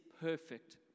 perfect